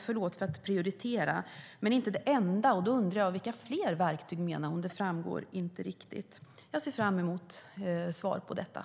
Det skulle också vara intressant att få veta: Vilka fler verktyg? Det framgick inte riktigt. Jag ser fram emot svaren.